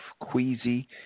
queasy